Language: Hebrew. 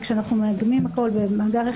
כשאנחנו מעגנים הכול במאגר אחד,